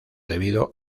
debido